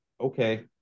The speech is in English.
okay